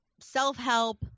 self-help